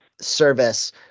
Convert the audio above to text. service